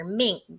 mink